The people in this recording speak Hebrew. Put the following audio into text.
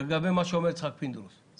הכנסת פינדרוס,